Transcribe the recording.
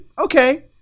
okay